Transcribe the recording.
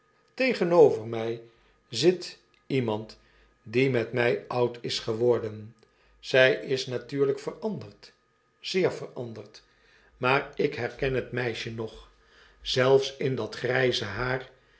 tegenover mij zit iemand die met mij oud is geworden zij is natuurlijk veranderd zeer veranderd maar ik herken het meisje nog zelfs in dat grijze haar